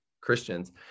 Christians